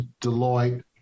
Deloitte